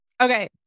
okay